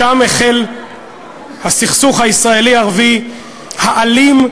שם החל הסכסוך הישראלי ערבי האלים,